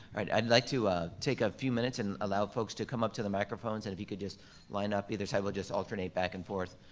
i'd like to take a few minutes and allow folks to come up to the microphones and if you could just line up, either side, we'll just alternate back and forth.